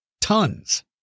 tons